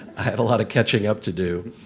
had a lot of catching up to do.